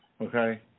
Okay